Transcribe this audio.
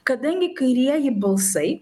kadangi kairieji balsai